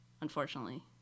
Unfortunately